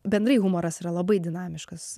bendrai humoras yra labai dinamiškas